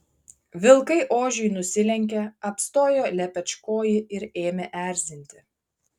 vilkai ožiui nusilenkė apstojo lepečkojį ir ėmė erzinti